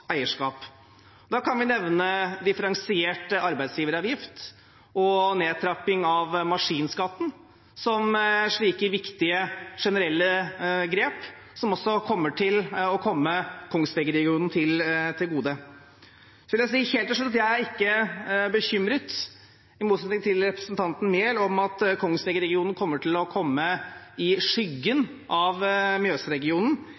eierskap. Da kan jeg nevne differensiert arbeidsgiveravgift og nedtrapping av maskinskatten som slike viktige, generelle grep som også vil komme Kongsvinger-regionen til gode. Helt til slutt vil jeg si at jeg, i motsetning til representanten Enger Mehl, ikke er bekymret for at Kongsvinger-regionen vil komme i skyggen av Mjøsregionen.